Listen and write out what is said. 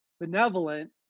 benevolent